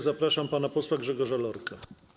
Zapraszam pana posła Grzegorza Lorka.